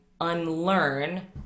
unlearn